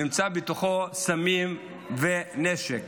נמצא בתוכו סמים ונשק.